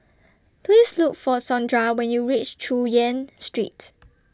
Please Look For Sondra when YOU REACH Chu Yen Street